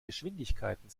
geschwindigkeiten